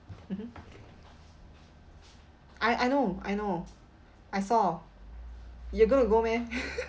mmhmm I I know I know I saw you going to go meh